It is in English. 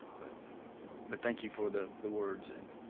but but thank you for the the words and,